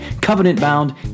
covenant-bound